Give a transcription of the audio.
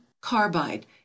carbide